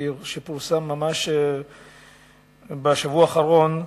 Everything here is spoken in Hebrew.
שפורסם ממש בשבוע האחרון,